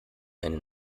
einen